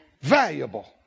valuable